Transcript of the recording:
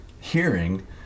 hearing